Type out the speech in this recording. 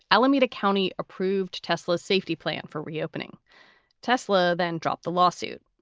alameda county approved tesla's safety plan for reopening tesla, then dropped the lawsuit.